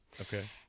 okay